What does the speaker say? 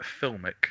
filmic